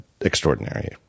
extraordinary